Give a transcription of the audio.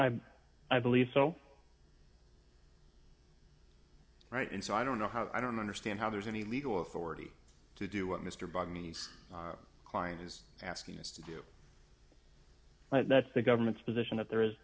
about i believe so right and so i don't know how i don't understand how there's any legal authority to do what mr bugman the client is asking us to do that's the government's position that there is